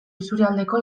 isurialdeko